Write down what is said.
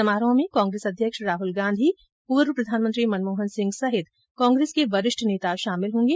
समारोह में कांग्रेस अध्यक्ष राहुल गांधी पूर्व प्रधानमंत्री मनमोहन सिंह समेत कांग्रेस के वरिष्ठ नेता शामिल होगें